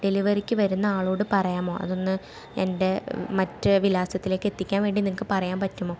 ഡെലിവറിക്ക് വരുന്ന ആളോട് പറയാമോ അതൊന്ന് എൻ്റെ മറ്റേ വിലാസത്തിലേക്കെത്തിക്കാൻ വേണ്ടി നിങ്ങക്ക് പറയാൻ പറ്റുമോ